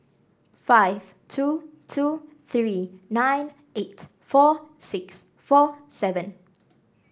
five two two three nine eight four six four seven